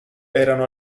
erano